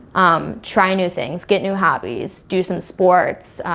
um try new things. get new hobbies. do some sports.